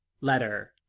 letter